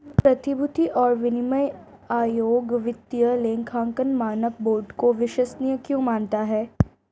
प्रतिभूति और विनिमय आयोग वित्तीय लेखांकन मानक बोर्ड को विश्वसनीय क्यों मानता है?